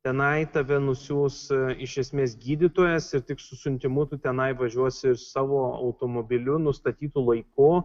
tenai tave nusiųs iš esmės gydytojas ir tik su siuntimu tu tenai važiuosi savo automobiliu nustatytu laiku